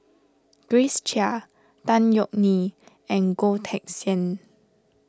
Grace Chia Tan Yeok Nee and Goh Teck Sian